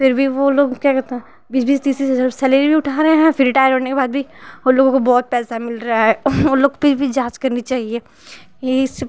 फिर भी वो लोग क्या कहते हैं बीस बीस तीस तीस हजार सैलरी उठा रहे हैं फिर रिटायर होने के बाद भी उन लोगों को बहुत पैसा मिल रहा है वो लोग पर भी जाँच करनी चाहिए यही सब